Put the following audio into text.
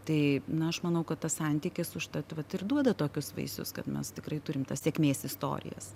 tai na aš manau kad tas santykis užtat vat ir duoda tokius vaisius kad mes tikrai turim tas sėkmės istorijas